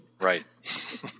right